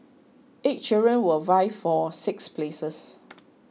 eight children will vie for six places